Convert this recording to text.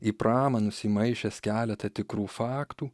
į pramanus įmaišęs keletą tikrų faktų